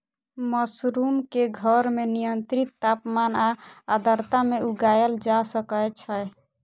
mushroom कें घर मे नियंत्रित तापमान आ आर्द्रता मे उगाएल जा सकै छै